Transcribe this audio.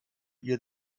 ihr